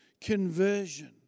conversion